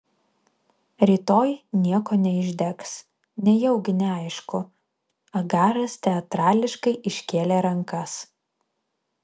rytoj nieko neišdegs nejaugi neaišku agaras teatrališkai iškėlė rankas